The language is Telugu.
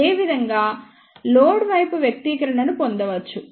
అదే విధంగా లోడ్ వైపు వ్యక్తీకరణను పొందవచ్చు